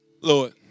Lord